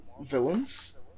villains